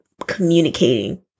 communicating